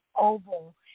oval